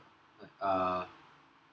err